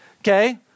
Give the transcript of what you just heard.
Okay